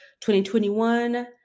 2021